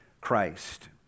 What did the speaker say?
Christ